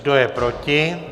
Kdo je proti?